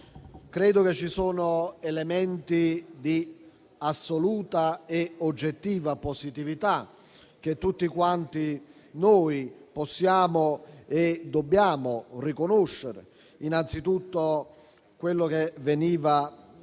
Credo che ci siano elementi di assoluta e oggettiva positività, che tutti quanti noi possiamo e dobbiamo riconoscere. Penso innanzitutto a quello che veniva